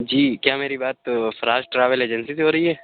جی کیا میری بات فراز ٹریول ایجنسی سے ہو رہی ہے